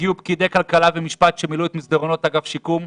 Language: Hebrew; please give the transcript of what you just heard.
הגיעו פקידי כלכלה ומשפט שמילאו את מסדרונות אגף שיקום.